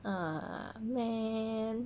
ah man